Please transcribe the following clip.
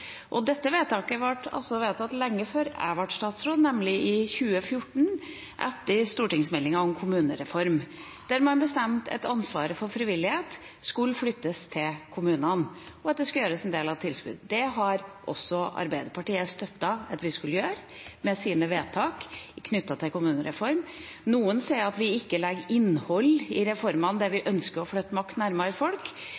og dette vedtaket ble fattet lenge før jeg ble statsråd. Vedtaket ble nemlig fattet i 2014, etter stortingsmeldinga om kommunereformen, der man bestemte at ansvaret for frivillighet skulle flyttes til kommunene, og at det skulle gjøres med en del av tilskuddet. Også Arbeiderpartiet støttet at vi skulle gjøre det, med sine vedtak knyttet til kommunereformen. Noen sier at vi ikke legger innhold i reformene der vi